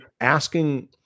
asking